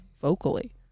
vocally